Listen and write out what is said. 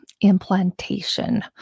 implantation